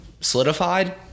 solidified